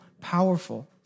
powerful